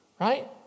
right